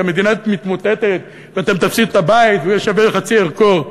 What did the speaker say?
כי המדינה מתמוטטת ואתם תפסידו את הבית והוא יהיה שווה חצי ערכו?